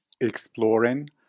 exploring